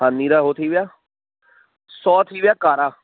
हा नीरा उहो थी विया सौ थी विया कारा